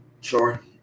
sure